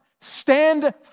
Stand